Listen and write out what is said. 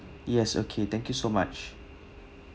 yes okay thank you so much